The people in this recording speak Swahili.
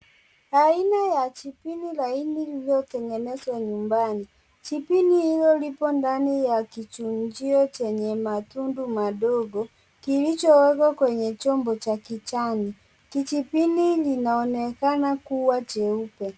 Aina ya chipini laini lililotengenezwa nyumbani. Chipini hilo lipo ndani ya kichunjio chenye matundu madogo kilichowekwa kwenye chombo cha kichani. Kichipini linaonekana kuwa jeupe.